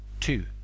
Two